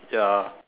ya